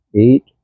eight